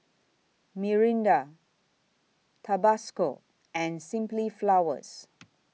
Mirinda Tabasco and Simply Flowers